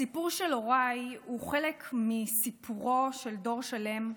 הסיפור של הוריי הוא חלק מסיפורו של דור שלם,